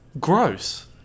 Gross